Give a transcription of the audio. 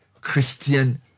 Christian